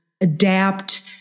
adapt